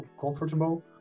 comfortable